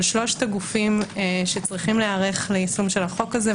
שלושת הגופים שצריכים להיערך ליישום החוק הזה.